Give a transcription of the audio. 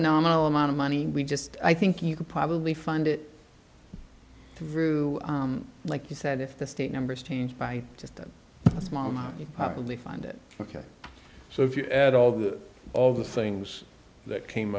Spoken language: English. n amount of money we just i think you could probably find it through like you said if the state numbers change by just a small amount you probably find it ok so if you add all that all the things that came